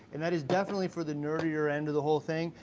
and that is definitely for the nerdier end of the whole thing.